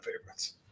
favorites